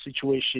situation